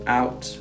out